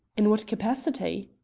in what capacity?